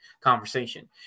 conversation